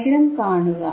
diagram കാണുക